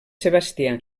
sebastià